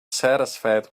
satisfied